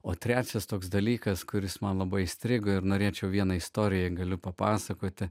o trečias toks dalykas kuris man labai įstrigo ir norėčiau vieną istoriją galiu papasakoti